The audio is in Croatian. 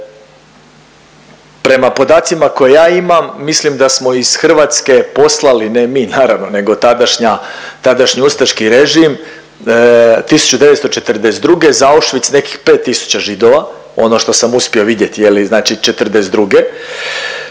Prema podacima koje ja imam, mislim da smo iz Hrvatske poslali, ne mi naravno nego tadašnja, tadašnji ustaški režim 1942. za Auschwitz nekih pet tisuća Židova, ono što sam uspio vidjeti znači '42.